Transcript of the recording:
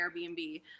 Airbnb